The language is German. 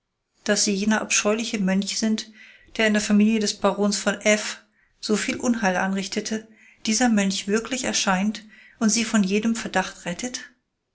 daß sie jener abscheuliche mönch sind der in der familie des barons von f so viel unheil anrichtete dieser mönch wirklich erscheint und sie von jedem verdacht rettet